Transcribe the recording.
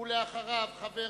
ואחריו, חבר